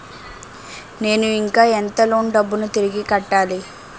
నేను ఇంకా ఎంత లోన్ డబ్బును తిరిగి కట్టాలి?